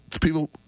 people